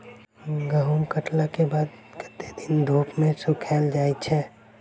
गहूम कटला केँ बाद कत्ते दिन धूप मे सूखैल जाय छै?